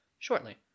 Shortly